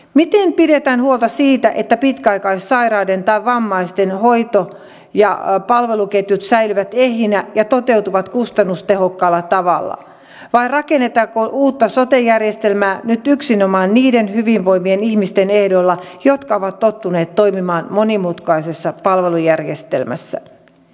miten pidetään huolta siitä että pitkäaikaissairaiden tai vammaisten hoito ja palveluketjut säilyvät ehjinä ja toteutuvat kustannustehokkaalla tavalla vai rakennetaanko uutta sote järjestelmää nyt yksinomaan niiden hyvinvoivien ihmisten ehdolla jotka ovat tottuneet toimimaan monimutkaisessa palvelujärjestelmässä